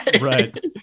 Right